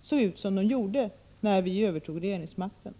såg ut som de gjorde när vi övertog regeringsmakten.